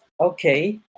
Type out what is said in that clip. Okay